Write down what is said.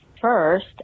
First